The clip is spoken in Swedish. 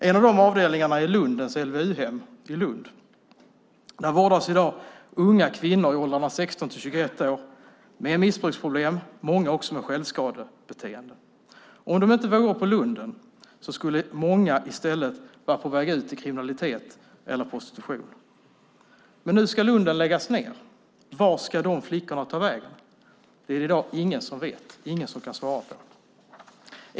En av de avdelningarna är Lundens LVU-hem i Lund. Där vårdas i dag unga kvinnor i åldrarna 16-21 år med missbruksproblem, många också med självskadebeteende. Om de inte vore på Lunden skulle många i stället vara på väg ut i kriminalitet eller prostitution. Nu ska Lunden läggas ned. Vart ska de flickorna ta vägen? Det är det i dag ingen som vet, ingen som kan svara på.